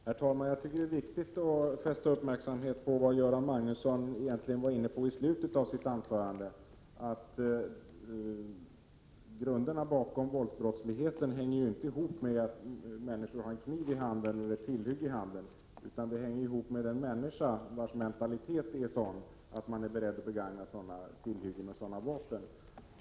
Herr talman! Jag tycker att det är viktigt att fästa uppmärksamheten på vad Göran Magnusson egentligen var inne på i slutet av sitt anförande. Han sade att våldsbrottsligheten ju inte hänger ihop med att människor har en kniv eller något annattillhygge i handen, utan den hänger ihop med den människa vars mentalitet är sådan att hon är beredd att använda tillhyggen eller vapen.